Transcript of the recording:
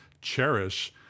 cherish